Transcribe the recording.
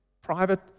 private